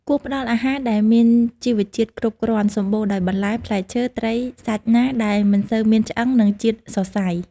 គួរផ្ដល់អាហារដែលមានជីវជាតិគ្រប់គ្រាន់ សម្បូរដោយ បន្លែ ផ្លែឈើ ត្រី សាច់ណាដែលមិនសូវមានឆ្អឹង និងជាតិសរសៃ។